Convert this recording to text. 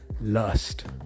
Lust